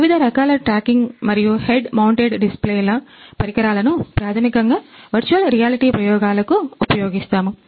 వివిధ రకాల ట్రాకింగ్ పరికరాలను ప్రాథమికంగా వర్చువల్ రియాలిటీ ప్రయోగాలకు ఉపయోగిస్తాము